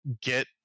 get